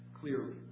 clearly